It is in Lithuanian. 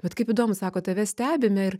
vat kaip įdomu sako tave stebime ir